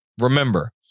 Remember